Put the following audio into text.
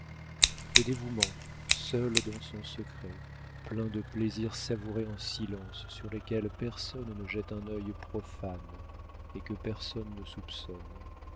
le dévouement seul dans son secret plein de plaisirs savourés en silence sur lesquels personne ne jette un œil profane et que personne ne soupçonne